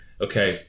Okay